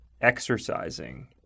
exercising